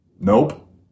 Nope